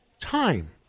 time